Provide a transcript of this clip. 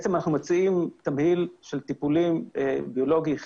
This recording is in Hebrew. אנחנו מציעים תמהיל של טיפולים ביולוגי,